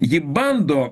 ji bando